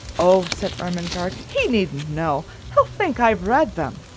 oh, said ermengarde, he needn't know he'll think i've read them.